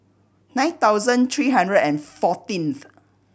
nine thousand three hundred and fourteenth